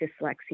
dyslexia